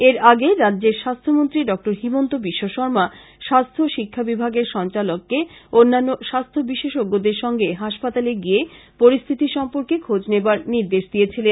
এর আগে রাজ্যের স্বাস্থ্য মন্ত্রী ড হিমন্ত বিশ্ব শর্মা স্বাস্থ্য শিক্ষা বিভাগের সঞ্চালককে অন্যান্য স্বাস্থ্য বিশেষঞ্জদের সঙ্গে হাসপাতালে গিয়ে পরিস্থতি সম্পর্কে খোজ নেবার নির্দেশ দিয়েছিলেন